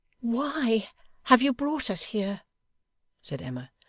why have you brought us here said emma.